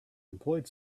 employed